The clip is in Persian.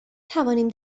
توانیم